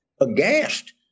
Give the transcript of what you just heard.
aghast